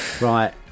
right